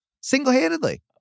single-handedly